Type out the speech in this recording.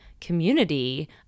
community